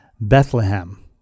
Bethlehem